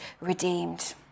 redeemed